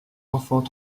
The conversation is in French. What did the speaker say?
enfants